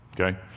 Okay